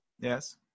Yes